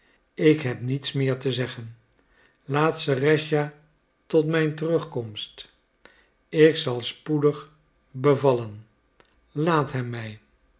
ik heb niets meer te zeggen laat serëscha tot mijn terugkomst ik zal spoedig bevallen laat hem mij